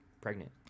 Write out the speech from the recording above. pregnant